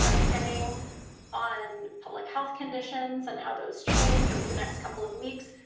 um depending on public health conditions and how those change over the next couple of weeks,